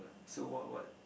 so what what